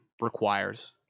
requires